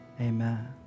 Amen